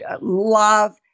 love